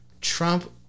Trump